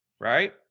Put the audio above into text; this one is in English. right